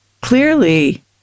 clearly